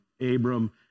Abram